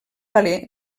valer